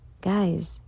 guys